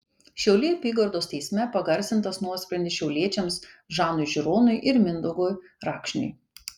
šiaulių apygardos teisme pagarsintas nuosprendis šiauliečiams žanui žironui ir mindaugui rakšniui